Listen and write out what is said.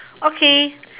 okay